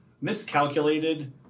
miscalculated